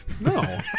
No